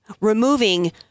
removing